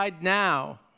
now